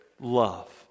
love